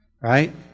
Right